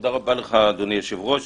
בעולם אחר לחלוטין,